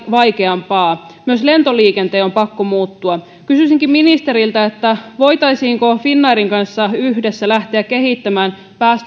vaikeampaa myös lentoliikenteen on pakko muuttua kysyisinkin ministeriltä voitaisiinko finnairin kanssa yhdessä lähteä kehittämään